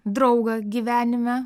draugą gyvenime